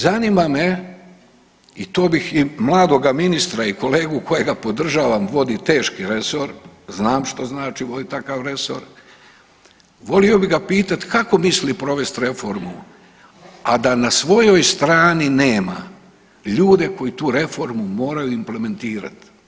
Zanima me i to bih i mladoga ministra i kolegu kojega podržavam, vodi teški resor, znam što znači voditi takav resor, volio bi ga pitati kako misli provest reformu, a da na svojoj strani nema ljude koji tu reformu moraju implementirati.